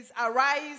arise